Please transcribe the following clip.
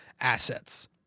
assets